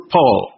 Paul